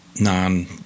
non